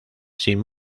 sin